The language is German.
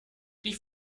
die